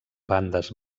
bandes